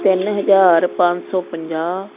ਤਿੰਨ ਹਜ਼ਾਰ ਪੰਜ ਸੌ ਪੰਜਾਹ